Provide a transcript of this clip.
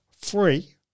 free